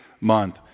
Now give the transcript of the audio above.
month